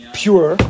pure